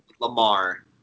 Lamar